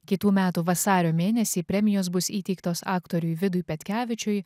kitų metų vasario mėnesį premijos bus įteiktos aktoriui vidui petkevičiui